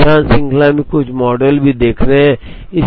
हम इस व्याख्यान श्रृंखला में कुछ मॉडल भी देख रहे हैं